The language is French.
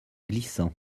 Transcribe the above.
glissant